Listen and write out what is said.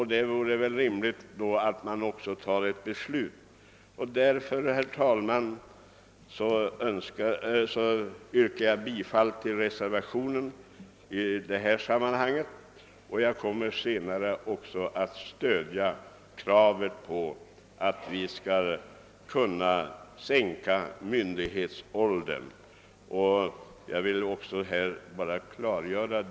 Det vore väl rimligt att då också fatta ett beslut. Därför, herr talman, yrkar jag bifall till reservationen. Jag kommer senare också att stödja kravet på en sänkning av myndighetsåldern till 18 år.